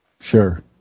Sure